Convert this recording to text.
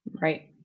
Right